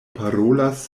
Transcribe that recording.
parolas